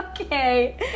Okay